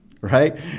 Right